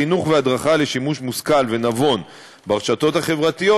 חינוך והדרכה לשימוש מושכל ונבון ברשתות החברתיות